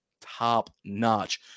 top-notch